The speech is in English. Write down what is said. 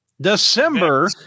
December